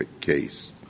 case